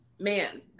Man